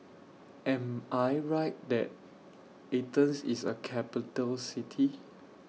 Am I Right that Athens IS A Capital City